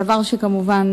דבר שכמובן